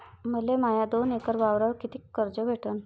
मले माया दोन एकर वावरावर कितीक कर्ज भेटन?